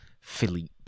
Philippe